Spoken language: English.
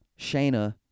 Shayna